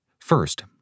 First